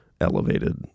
elevated